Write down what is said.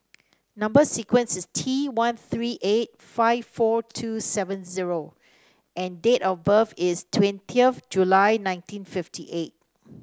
number sequence is T one three eight five four two seven O and date of birth is twenty of July nineteen fifty eight